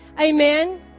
Amen